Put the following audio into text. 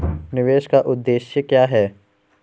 निवेश का उद्देश्य क्या है?